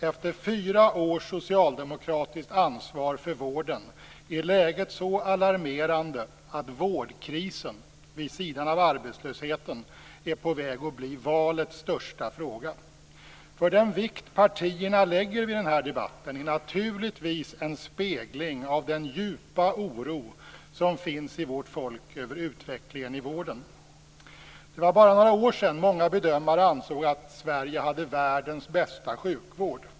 Efter fyra års socialdemokratiska ansvar för vården är läget så alarmerande att vårdkrisen vid sidan av arbetslösheten är på väg att bli valets största fråga. Den vikt partierna lägger vid den här debatten är naturligtvis en spegling av den djupa oro som finns i vårt folk över utvecklingen i vården. Det var bara några år sedan många bedömare ansåg att Sverige hade världens bästa sjukvård.